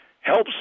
helps